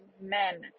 men